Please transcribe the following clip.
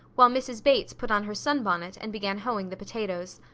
while mrs. bates put on her sunbonnet and began hoeing the potatoes.